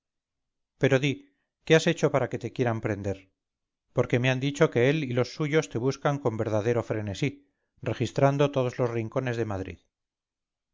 pero di qué has hecho para que te quieran prender porque me han dicho que él y los suyos te buscan con verdadero frenesí registrando todos los rincones de madrid